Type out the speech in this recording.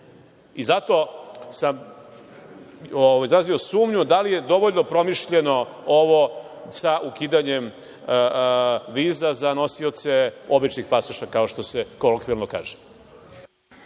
Zato sam izrazio sumnju, da li je dovoljno promišljeno ovo sa ukidanjem viza za nosioce običnih pasoša, kao što se kolokvijalno kaže.